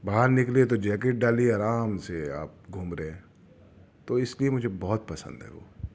باہر نکلے تو جیکٹ ڈال لی آرام سے آپ گھوم رہے ہیں تو اس لئے مجھے بہت پسند ہے وہ